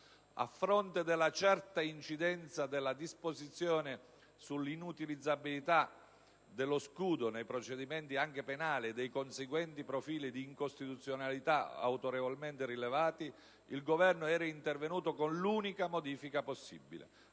A fronte della certa incidenza della disposizione sull'inutilizzabilità dello scudo nei procedimenti anche penali e dei conseguenti profili di incostituzionalità autorevolmente rilevati, il Governo era intervenuto con l'unica modifica possibile,